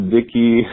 Dicky